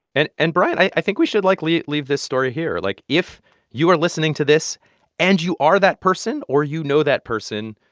and and, bryant, i think we should, like, leave leave this story here. like, if you are listening to this and you are that person or you know that person,